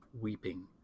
weeping